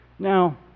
Now